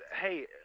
hey